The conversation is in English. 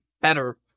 better